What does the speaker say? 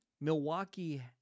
Milwaukee